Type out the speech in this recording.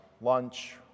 lunch